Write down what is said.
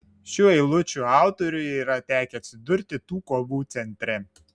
šių eilučių autoriui yra tekę atsidurti tų kovų centre